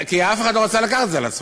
כי אף אחד לא רצה לקחת את זה על עצמו.